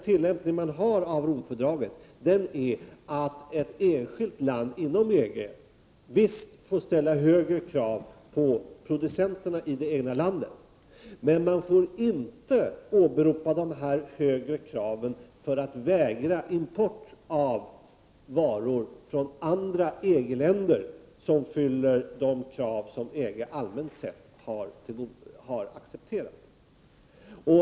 Tillämpningen av Romfördraget är att ett enskilt land inom EG visst får ställa högre krav på producenterna i det egna landet, men får inte åberopa de högre kraven för att vägra import av varor från andra EG-länder som fyller de krav som EG allmänt sett har accepterat.